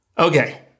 Okay